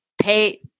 Pay